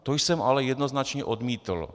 To jsem ale jednoznačně odmítl.